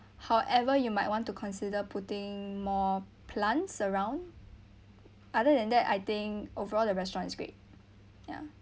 however you might want to consider putting more plant surround other than that I think overall the restaurant is great ya